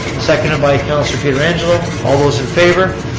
seconded by councilor pietrangelo. all those in favor.